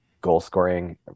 goal-scoring